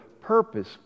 purpose